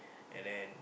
and then